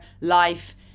life